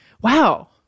Wow